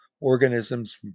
organisms